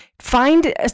Find